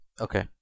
Okay